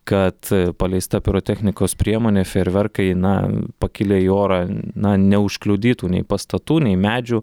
kad paleista pirotechnikos priemonė fejerverkai na pakilę į orą na neužkliudytų nei pastatų nei medžių